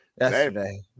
Yesterday